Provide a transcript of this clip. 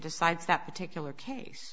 decides that particular case